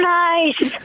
nice